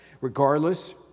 Regardless